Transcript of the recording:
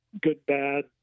good-bad